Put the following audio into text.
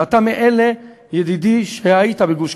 ואתה מאלה, ידידי, שהיו בגוש-קטיף.